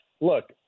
look